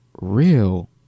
real